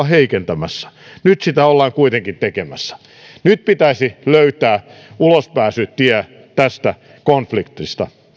heikentämässä nyt sitä ollaan kuitenkin tekemässä nyt pitäisi löytää ulospääsytie tästä konfliktista